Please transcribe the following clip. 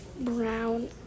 brown